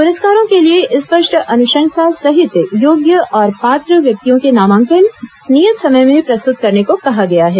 पुरस्कारों के लिए स्पष्ट अनुशंसा सहित योग्य और पात्र व्यक्तियों के नामांकन नियत समय में प्रस्तुत करने को कहा गया है